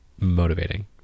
motivating